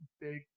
big